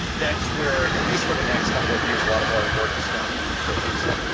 that's where at least for the next couple of years a lot of our work is going to be focused.